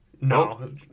No